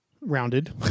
Rounded